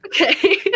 Okay